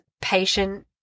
patient